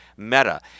Meta